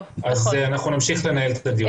באמת מסגרת יוצאת דופן.